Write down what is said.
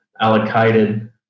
allocated